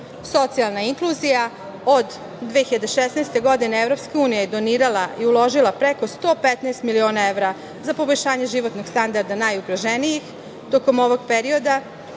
evra. Socijalna inkluzija. Od 2016. godine EU je donirala i uložila preko 115 miliona evra za poboljšanje životnog standarda najugroženijih tokom ovog perioda.